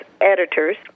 editors